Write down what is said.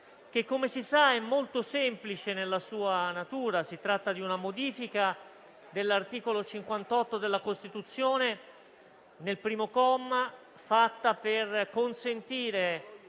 che, come si sa, è davvero semplice nella sua natura. Si tratta di una modifica dell'articolo 58 della Costituzione, al primo comma, fatta per consentire